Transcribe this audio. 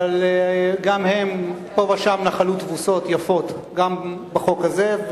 אבל גם הם פה ושם נחלו תבוסות יפות גם בחוק הזה,